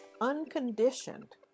Unconditioned